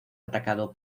atacado